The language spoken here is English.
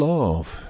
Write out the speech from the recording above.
Love